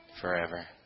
forever